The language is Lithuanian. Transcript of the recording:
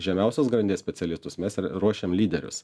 žemiausios grandies specialistus mes ir ruošiam lyderius